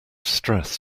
stress